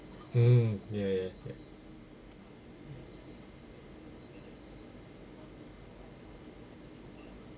mm ya ya correct